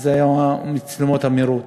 הוא מצלמות המהירות.